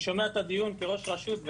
אני שומע את הדיון כראש רשות,